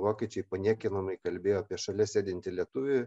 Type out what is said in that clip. vokiečiai paniekinamai kalbėjo apie šalia sėdintį lietuvį